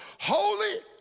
holy